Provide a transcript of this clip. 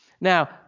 Now